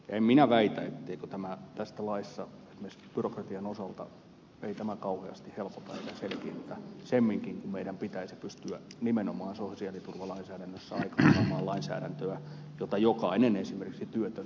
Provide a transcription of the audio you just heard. en minä väitä että tämä laki esimerkiksi byrokratian osalta kauheasti helpottaa tai selkiinnyttää semminkin kun meidän pitäisi pystyä nimenomaan sosiaaliturvalainsäädännössä aikaansaamaan lainsäädäntöä jota jokainen esimerkiksi työtön ymmärtäisi